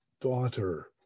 daughter